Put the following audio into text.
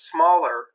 Smaller